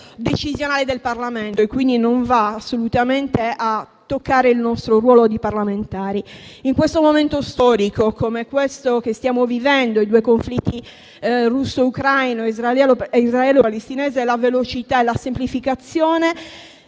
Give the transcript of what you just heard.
decisionale del Parlamento e, quindi, non incide assolutamente sul nostro ruolo di parlamentari. In un momento storico come quello che stiamo vivendo, con due conflitti (quello russo-ucraino e quello israelo-palestinese) la velocità e la semplificazione